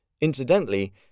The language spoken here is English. Incidentally